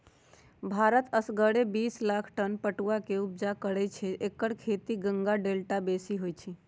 भारत असगरे बिस लाख टन पटुआ के ऊपजा करै छै एकर खेती गंगा डेल्टा में बेशी होइ छइ